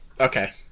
Okay